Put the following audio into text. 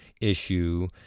issue